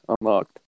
unlocked